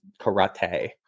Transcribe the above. karate